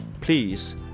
Please